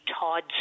Todd